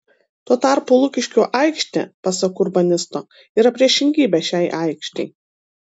tuo tarpu lukiškių aikštė pasak urbanisto yra priešingybė šiai aikštei